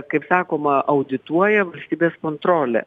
kaip sakoma audituoja valstybės kontrolė